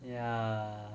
ya